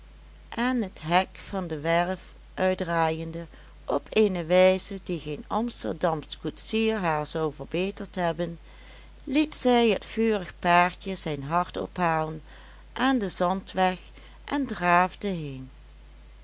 en het hek van de werf uitdraaiende op eene wijze die geen amsterdamsch koetsier haar zou verbeterd hebben liet zij het vurig paardje zijn hart ophalen aan den zandweg en draafde heen